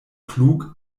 klug